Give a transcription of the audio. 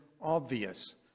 obvious